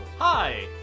Hi